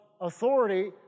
authority